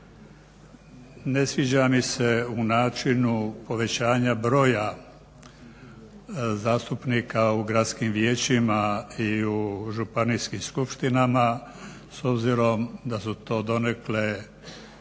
Ne sviđa mi se u načinu povećanja broja zastupnika u gradskim vijećima i u županijskim skupštinama s obzirom da su to donekle